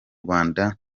rwanda